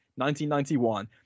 1991